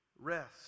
rest